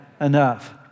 enough